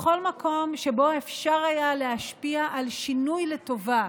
בכל מקום שבו אפשר היה להשפיע לשם שינוי לטובה